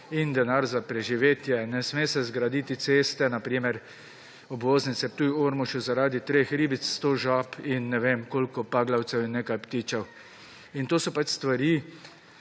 in denar za preživetje; ne sme se zgraditi ceste, na primer obvoznice Ptuj–Ormož, zaradi treh ribic, sto žab in ne vem koliko paglavcev in nekaj ptičev. To so pač stvari,